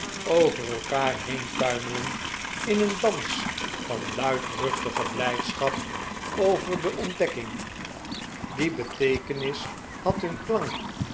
over elkaar heen tuimelend in een dans van luidruchtige blijdschap over de ontdekking die beteekenis had hun klank